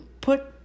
put